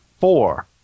Four